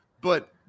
but-